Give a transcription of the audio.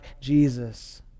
Jesus